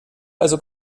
also